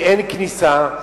ב"אין כניסה",